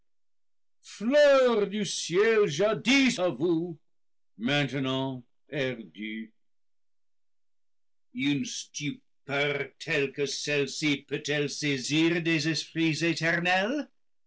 du ciel jadis à vous maintenant perdu une stupeur telle que celle-ci peut-elle saisir des esprits éternels